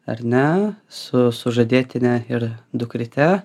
ar ne su sužadėtine ir dukryte